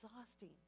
exhausting